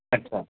अच्छा